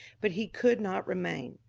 but he could not remain.